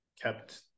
kept